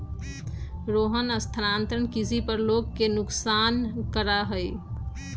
रोहन स्थानांतरण कृषि पर लोग के नुकसान करा हई